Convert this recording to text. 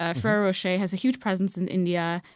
ah ferrero rocher has a huge presence in india.